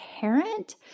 parent